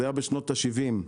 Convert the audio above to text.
זה היה בשנות ה-70.